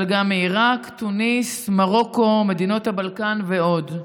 אבל גם מעיראק, תוניס, מרוקו, מדינות הבלקן ועוד,